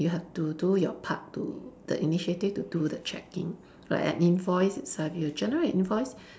you have to do your part to the initiative to do the checking like an invoice itself you generate invoice